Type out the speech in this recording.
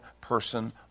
person